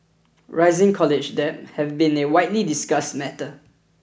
rising college debt has been a widely discussed matter